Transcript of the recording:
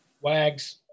Wags